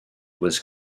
was